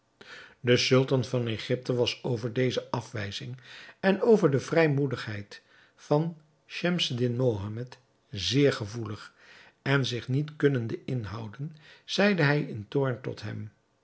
de sultan van egypte was over deze afwijzing en over de vrijmoedigheid van schemseddin mohammed zeer gevoelig en zich niet kunnende inhouden zeide hij in toorn tot hem